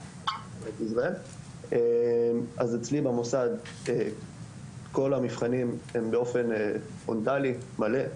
אז אצלי במוסד כל המבחנים הם באופן פרונטלי מלא.